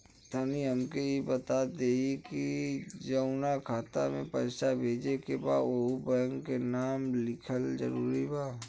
तनि हमके ई बता देही की जऊना खाता मे पैसा भेजे के बा ओहुँ बैंक के नाम लिखल जरूरी बा?